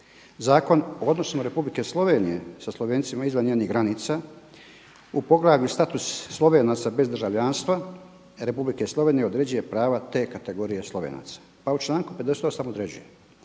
Zakon o odnosima Republike Slovenije sa Slovencima izvan njenih granica u poglavlju status Slovenaca bez državljanstva Republike Slovenije određuje prava te kategorije Slovenaca. Pa u članku 58. određuje